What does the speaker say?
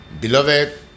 beloved